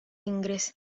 inggris